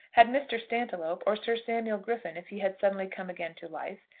had mr. stantiloup, or sir samuel griffin if he had suddenly come again to life,